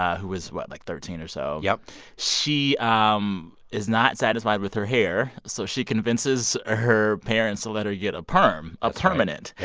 who was what? like thirteen or so yep she um is not satisfied with her hair, so she convinces ah her parents to let her get a perm a permanent.